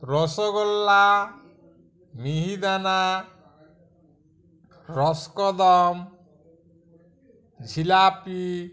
রসগোল্লা মিহিদানা রসকদম্ব ঝিলাপি